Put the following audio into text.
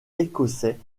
écossais